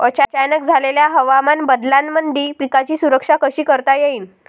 अचानक झालेल्या हवामान बदलामंदी पिकाची सुरक्षा कशी करता येईन?